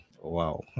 wow